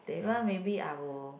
that one maybe I will